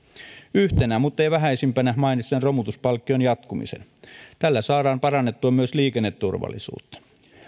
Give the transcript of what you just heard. yhtenä muttei vähäisimpänä mainitsen romutuspalkkion jatkumisen tällä saadaan parannettua myös liikenneturvallisuutta